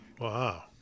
Wow